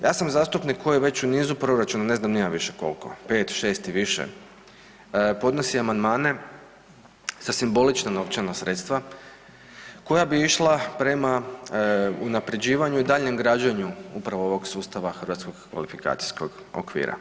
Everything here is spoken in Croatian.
Ja sam zastupnik koji već u nizu proračuna, ne znam ni ja više koliko, 5, 6 i više, podnosi amandmane za simbolična novčana sredstva koja bi išla prema unaprjeđivanju i daljnjem građenju upravo ovog sustava Hrvatskog kvalifikacijskog okvira.